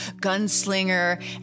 gunslinger